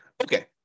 Okay